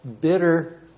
bitter